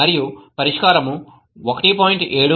మరియు పరిష్కారం 1